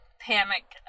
panic